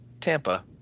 Tampa